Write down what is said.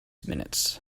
minutes